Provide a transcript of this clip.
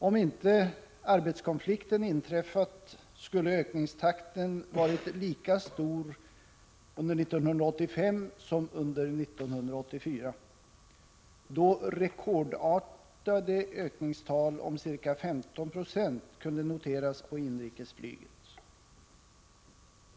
Om inte arbetskonflikten hade inträffat, skulle ökningstakten ha varit lika stor 1985 som under 1984 då rekordartade ökningstal om ca 15 96 kunde noteras på inrikesflyget.